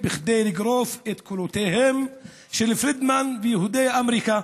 כדי לגרוף את קולותיהם של פרידמן ויהודי אמריקה,